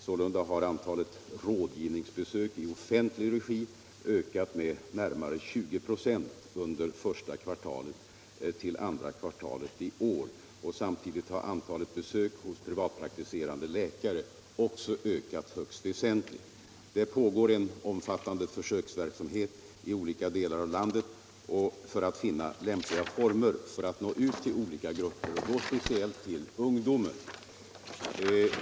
Sålunda har antalet rådgivningsbesök i offentlig regi ökat med närmare 20 96 från första till andra kvartalet i år. Samtidigt har antalet besök hos privatpraktiserande läkare också ökat högst väsentligt. Det pågår en omfattande försöksverksamhet i olika delar av landet för att finna lämpliga former för att nå ut till olika grupper, speciellt till ungdomen.